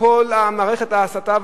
כל מערכת ההסתה,